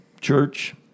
church